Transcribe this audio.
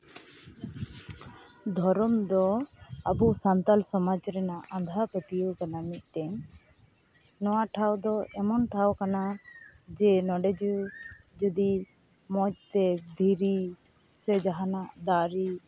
ᱫᱷᱚᱨᱚᱢ ᱫᱚ ᱟᱵᱚ ᱥᱟᱱᱛᱟᱞ ᱥᱚᱢᱟᱡᱽ ᱨᱮᱱᱟᱜ ᱟᱸᱫᱷᱟᱼᱯᱟᱹᱛᱭᱟᱹᱣ ᱠᱟᱱᱟ ᱢᱤᱫᱴᱮᱱ ᱱᱚᱣᱟ ᱴᱷᱟᱶ ᱫᱚ ᱮᱢᱚᱱ ᱴᱷᱟᱶ ᱠᱟᱱᱟ ᱡᱮ ᱱᱚᱸᱰᱮ ᱫᱚ ᱡᱩᱫᱤ ᱢᱚᱡᱽᱛᱮ ᱫᱷᱤᱨᱤ ᱥᱮ ᱡᱟᱦᱟᱱᱟᱜ ᱫᱟᱨᱮ